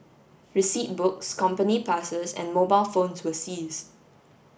receipt books company passes and mobile phones were seized